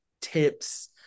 tips